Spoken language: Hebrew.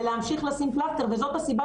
גת,